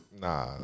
Nah